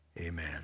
Amen